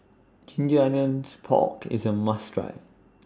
Ginger Onions Pork IS A must Try